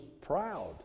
proud